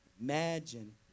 Imagine